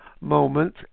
moment